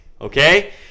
okay